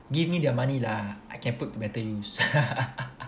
give me their money lah I can put to better use